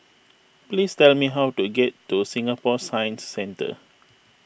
please tell me how to get to Singapore Science Centre